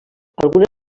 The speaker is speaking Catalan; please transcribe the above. algunes